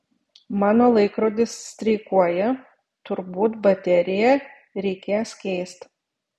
mano laikrodis streikuoja turbūt bateriją reikės keist